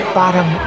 bottom